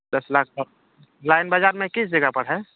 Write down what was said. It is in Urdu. دس لاکھ تک لائن بازار میں کس جگہ پر ہے